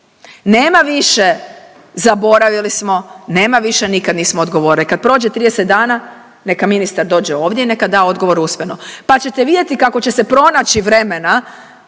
Nema više zaboravili smo, nema više nikad nismo odgovorili, kad prođe 30 dana, neka ministar dođe ovdje i neka da odgovor usmeno pa ćete vidjeti kako će se pronaći vremena